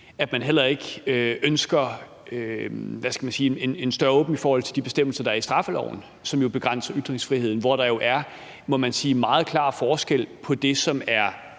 hvad skal man sige, en større åbning i forhold til de bestemmelser, der er i straffeloven, som jo begrænser ytringsfriheden, hvor der er, må man sige, meget klar forskel på det, som er